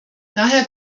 daher